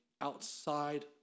outside